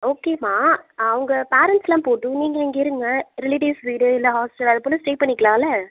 okay மா உங்கள் பேரன்ட்ஸ்லாம் போட்டும் நீங்கள் இங்கே இருங்கள் ரிலேட்டிவ்ஸ் வீடு இல்லை ஹாஸ்டெல் அதபோல் ஸ்டே பண்ணிக்கிலாம்ல